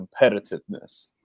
competitiveness